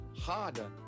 harder